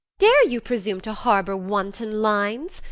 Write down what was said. dare you presume to harbour wanton lines?